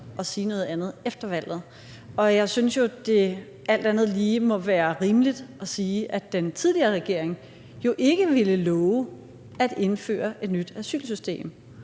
og sige noget andet efter valget. Jeg synes jo, at det alt andet lige må være rimeligt at sige, at den tidligere regering jo ikke ville love at indføre et nyt asylsystem,